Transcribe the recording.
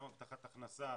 גם הבטחת הכנסה,